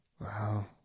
Wow